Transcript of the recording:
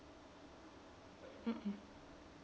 mm mm